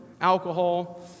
alcohol